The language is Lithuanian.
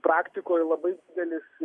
praktikoj labai didelis